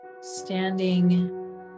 standing